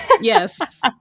Yes